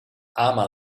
ama